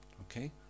Okay